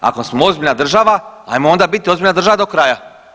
Ako smo ozbiljna država, ajmo onda biti ozbiljna država do kraja.